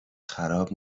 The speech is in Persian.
خراب